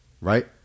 right